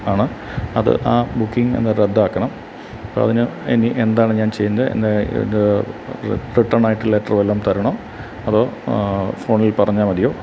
ആണ് അത് ആ ബുക്കിങ് ഒന്ന് റദ്ദാക്കണം അപ്പം അതിന് ഇനി എന്താണ് ഞാൻ ചെയ്യുന്നത് എന്നാൽ ഇത് റി റിട്ടൺ ആയിട്ട് ലെറ്റർ വല്ലതും തരണോ അതോ ഫോണിൽ പറഞ്ഞാൽ മതിയോ